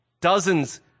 dozens